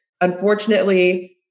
Unfortunately